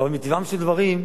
אבל מטבעם של דברים,